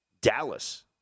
Dallas